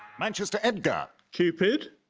manchester, edgar. cupid?